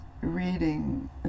reading